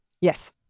Yes